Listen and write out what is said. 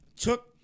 took